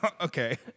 Okay